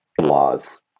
laws